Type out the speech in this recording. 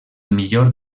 millor